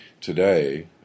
Today